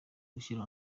gushyira